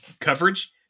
coverage